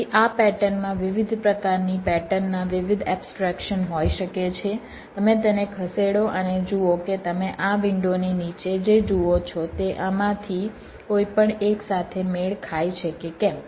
તેથી આ પેટર્ન માં વિવિધ પ્રકારની પેટર્નના વિવિધ એબસ્ટ્રેક્શન હોઈ શકે છે તમે તેને ખસેડો અને જુઓ કે તમે આ વિન્ડોની નીચે જે જુઓ છો તે આમાંથી કોઈપણ એક સાથે મેળ ખાય છે કે કેમ